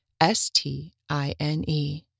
S-T-I-N-E